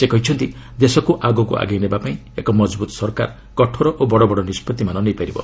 ସେ କହିଛନ୍ତି ଦେଶକୁ ଆଗକୁ ଆଗେଇ ନେବା ପାଇଁ ଏକ ମଜବୁତ ସରକାର କଠୋର ଓ ବଡ଼ବଡ଼ ନିଷ୍କଭିମାନ ନେଇପାରିବ